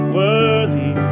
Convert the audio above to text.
worthy